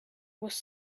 was